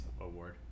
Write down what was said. award